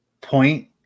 point